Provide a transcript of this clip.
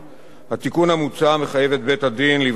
התיקון המוצע מחייב את בית-הדין לבחון האם יש